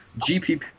GPP